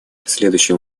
следующим